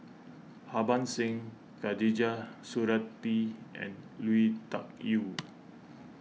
Harbans Singh Khatijah Surattee and Lui Tuck Yew